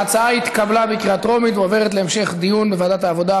ההצעה התקבלה בקריאה טרומית ועוברת להמשך דיון בוועדת העבודה,